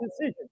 decision